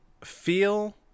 feel